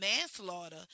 manslaughter